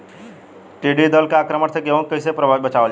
टिडी दल के आक्रमण से गेहूँ के कइसे बचावल जाला?